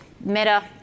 Meta